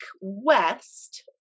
west